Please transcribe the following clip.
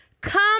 come